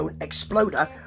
exploder